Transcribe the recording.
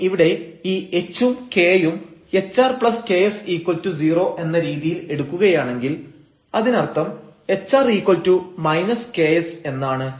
ഇനി ഇവിടെ ഈ h ഉം k യും hrks0 എന്ന രീതിയിൽ എടുക്കുകയാണെങ്കിൽ അതിനർത്ഥം hr ks എന്നാണ്